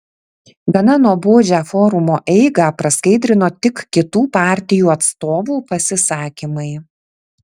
gana nuobodžią forumo eigą praskaidrino tik kitų partijų atstovų pasisakymai